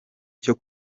cyo